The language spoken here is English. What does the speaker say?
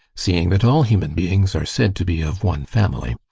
seeing that all human beings are said to be of one family.